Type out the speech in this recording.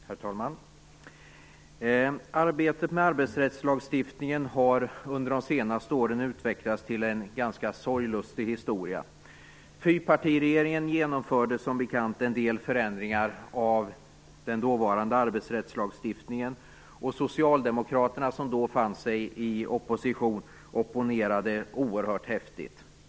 Herr talman! Arbetet med arbetsrättslagstiftningen har under de senaste åren utvecklats till en ganska sorglustig historia. Fyrpartiregeringen genomförde som bekant en del förändringar av den dåvarande arbetsrättslagstiftningen. Socialdemokraterna som då befann sig i opposition opponerade oerhört häftigt.